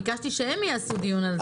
ביקשתי שהם יעשו דיון על זה.